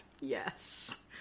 Yes